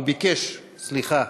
סליחה,